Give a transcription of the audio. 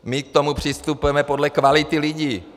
My k tomu přistupujeme podle kvality lidí!